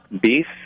beef